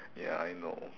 ya I know